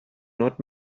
not